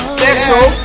Special